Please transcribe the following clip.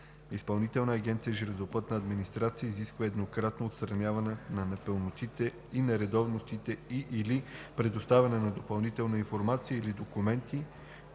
Изпълнителна агенция „Железопътна администрация“ изисква еднократно отстраняване на непълнотите и нередовностите и/или предоставяне на допълнителна информация или документи,